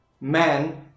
men